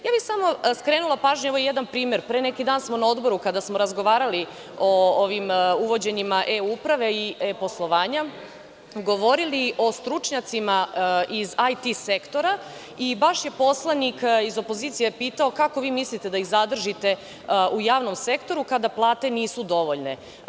Samo bih skrenula pažnju, evo jedan primer, pre neki dan smo na Odboru, kada smo razgovarali o ovim uvođenjima e-uprave i e-poslovanja, govorili o stručnjacima iz IT sektora i baš je poslanik iz opozicije pitao – kako vi mislite da ih zadržite u javnom sektoru, kada plate nisu dovoljne?